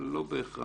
אבל לא בהכרח.